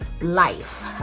life